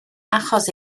achos